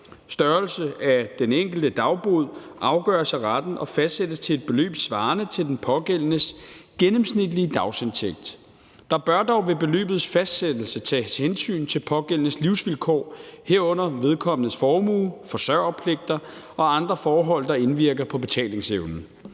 Størrelsen af den enkelte dagbod afgøres af retten og fastsættes til et beløb svarende til den pågældendes gennemsnitlige dagsindtægt. Der bør dog ved beløbets fastsættelse tages hensyn til pågældendes livsvilkår, herunder vedkommendes formue, forsørgerpligter og andre forhold, der indvirker på betalingsevnen.